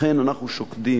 לכן אנחנו שוקדים,